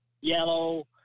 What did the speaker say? yellow